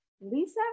Lisa